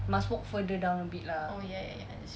must walk further down a bit lah